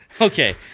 Okay